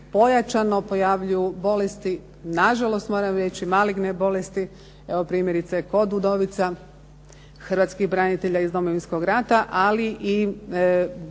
pojačano pojavljuju bolesti nažalost moram reći maligne bolesti. Evo primjerice kod udovica hrvatskih branitelja iz Domovinskog rata, ali i problemi